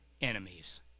enemies